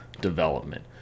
development